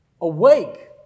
Awake